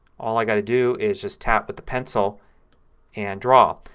all i've got to do is just tap with the pencil and draw.